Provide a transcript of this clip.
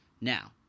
Now